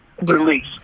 release